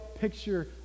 picture